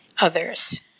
others